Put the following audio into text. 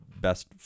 best